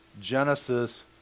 Genesis